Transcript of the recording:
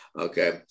okay